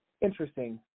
interesting